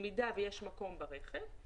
במידה ויש מקום ברכב,